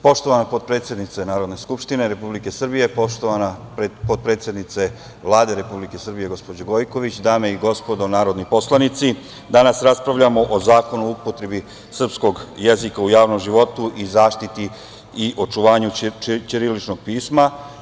Poštovana potpredsednice Narodne skupštine Republike Srbije, poštovana potpredsednice Vlade Republike Srbije gospođo Gojković, dame i gospodo narodni poslanici, danas raspravljamo o Zakonu o upotrebi srpskog jezika u javnom životu i zaštiti i očuvanju ćiriličnog pisma.